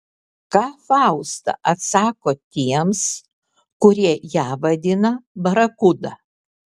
ką fausta atsako tiems kurie ją vadina barakuda